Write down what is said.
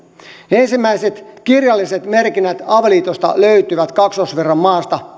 ensimmäiset kirjalliset merkinnät avioliitosta löytyvät kaksoisvirran maasta